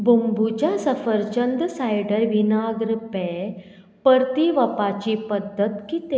बंबुच्या सफरचंद सायडर विनाग्र पेय परतीवपाची पद्दत कितें